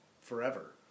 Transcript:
forever